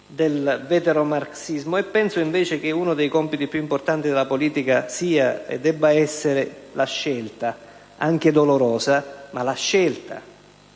del veteromarxismo, e penso invece che uno dei compiti più importanti della politica debba essere la scelta: anche dolorosa, ma la scelta.